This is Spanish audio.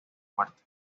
muerte